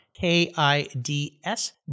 K-I-D-S